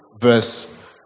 verse